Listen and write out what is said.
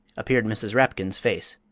appeared mrs. rapkin's face.